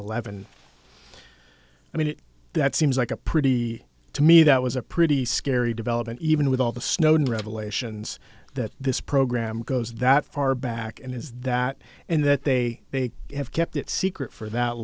eleven i mean that seems like a pretty to me that was a pretty scary development even with all the snowden revelations that this program goes that far back and is that and that they have kept it secret for that